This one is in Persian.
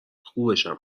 خوبشم